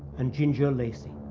and ginger lacey.